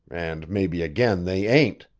and maybe again they ain't.